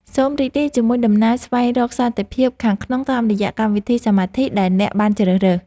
សូមរីករាយជាមួយដំណើរស្វែងរកសន្តិភាពខាងក្នុងតាមរយៈកម្មវិធីសមាធិដែលអ្នកបានជ្រើសរើស។